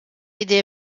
idee